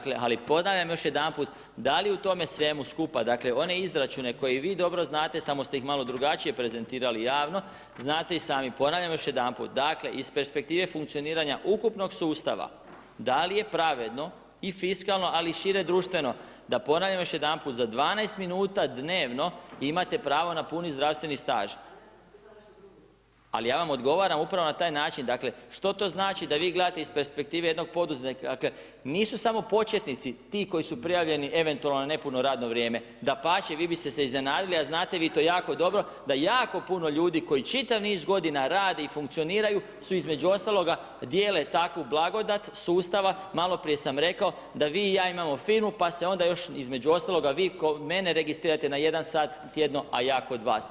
Dakle, ali ponavljam još jedanput, da li u tome svemu skupa, dakle one izračune koje i vi dobro znate samo ste ih malo drugačije prezentirali javno, znate i sami, ponavljam još jedanput, dakle iz perspektive funkcioniranja ukupnog sustava, da li je pravedno i fiskalno ali i šire društveno da ponavljam još jedanput, za 12 min dnevno imate pravo na puni zdravstveni staž. … [[Upadica sa strane, ne razumije se.]] Ali ja vam odgovaram upravo na taj način, dakle, što to znači da vi gledate iz perspektive jednog poduzetnika, dakle nisu samo početnici ti koji su prijavljeni eventualno na nepuno radno vrijeme, dapače, vi biste se iznenadili, a znate vi to jako dobro da jako puno ljudi koji čitav niz godina rade i funkcioniraju su između ostalog dijele takvu blagodat sustava maloprije sam rekao, da vi i ja imamo firmu pa se onda još između ostalog vi kao mene registrirate na jedan sat tjedno a ja kod vas.